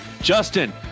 Justin